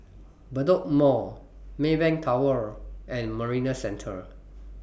Bedok Mall Maybank Tower and Marina Centre